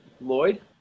Lloyd